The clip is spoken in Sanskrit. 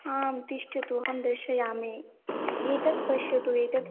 आं तिष्ठतु अहं दर्शयामि एतत् पश्यतु एतत्